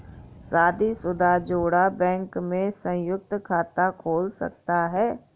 शादीशुदा जोड़ा बैंक में संयुक्त खाता खोल सकता है